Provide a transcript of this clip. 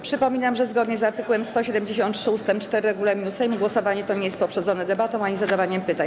Przypominam, że zgodnie z art. 173 ust. 4 regulaminu Sejmu głosowanie to nie jest poprzedzone debatą ani zadawaniem pytań.